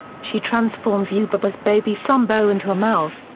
she transforms yubaba's baby son boh into a mouse,